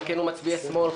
חלקנו מצביעי שמאל,